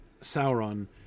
Sauron